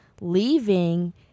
leaving